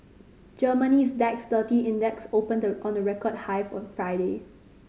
Germany's D A X thirty Index opened on a record high on Friday